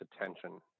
attention